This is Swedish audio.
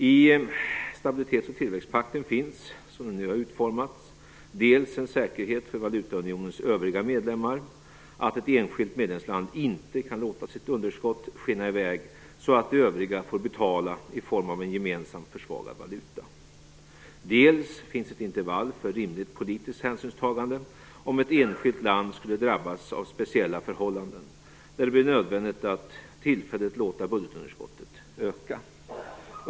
I stabilitets och tillväxtpakten finns - som den nu har utformats - en säkerhet för valutaunionens övriga medlemmar, så att ett enskilt medlemsland inte kan låta sitt underskott skena i väg och låta de övriga betala i form av en försvagad gemensam valuta. Det finns också ett intervall för rimligt politiskt hänsynstagande om ett enskilt land skulle drabbas av speciella förhållanden, där det blir nödvändigt att tillfälligt låta budgetunderskottet öka.